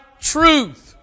truth